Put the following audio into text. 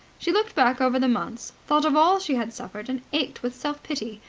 she looked back over the months, thought of all she had suffered, and ached with self-pity.